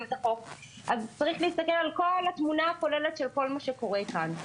אז צריך להסתכל על התמונה הכוללת של כל מה שקורה כאן.